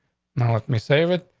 now let me save it.